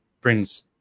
brings